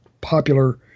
popular